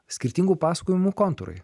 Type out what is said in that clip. skirtingų pasakojimų kontūrai